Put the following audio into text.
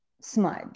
Smudge